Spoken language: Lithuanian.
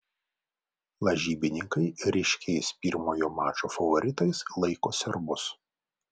lažybininkai ryškiais pirmojo mačo favoritais laiko serbus